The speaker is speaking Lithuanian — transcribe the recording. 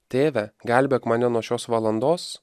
tėve gelbėk mane nuo šios valandos